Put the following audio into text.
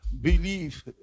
believe